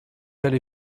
allé